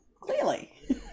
clearly